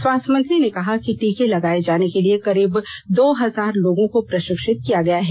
स्वास्थ्य मंत्री ने कहा कि टीके लगाए जाने के लिए करीब दो हजार लोगों को प्रशिक्षित किया गया है